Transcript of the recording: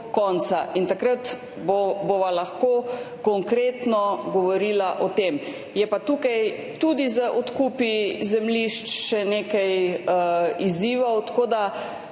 konca. In takrat bova lahko konkretno govorila o tem. Je pa tukaj tudi z odkupi zemljišč še nekaj izzivov. Ta